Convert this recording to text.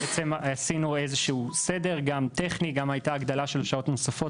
בעצם עשינו איזשהו סדר גם טכני גם הייתה הגדלה של שעות נוספות